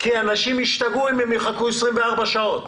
כי אנשים ישתגעו אם הם יחכו 24 שעות.